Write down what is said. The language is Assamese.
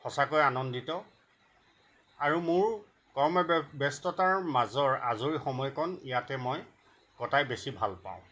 সঁচাকৈ আনন্দিত আৰু মোৰ কৰ্মব্যস্ততাৰ মাজৰ আজৰি সময়কণ ইয়াতে মই কটাই বেছি ভাল পাওঁ